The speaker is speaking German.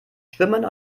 schwimmen